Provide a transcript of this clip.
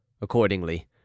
accordingly